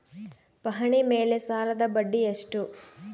ಪಹಣಿ ಮೇಲೆ ಸಾಲದ ಬಡ್ಡಿ ಎಷ್ಟು?